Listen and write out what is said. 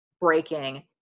breaking